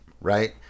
Right